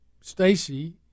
Stacy